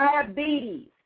diabetes